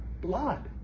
blood